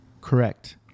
correct